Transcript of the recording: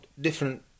different